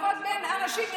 אוקיי, כבוד בין אנשים.